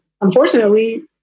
unfortunately